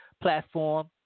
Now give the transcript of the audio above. platform